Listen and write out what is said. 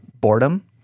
boredom